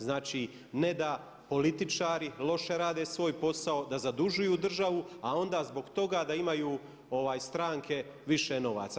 Znači, ne da političari loše rade svoj posao, da zadužuju državu, a onda zbog toga da imaju stranke više novaca.